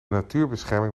natuurbescherming